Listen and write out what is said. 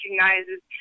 recognizes